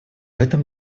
этом